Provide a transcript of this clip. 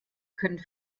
können